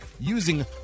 using